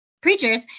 preachers